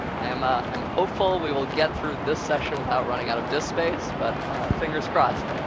i'm ah i'm hopeful we will get through this session without running out of disk space, but fingers crossed.